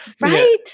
right